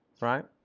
right